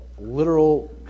literal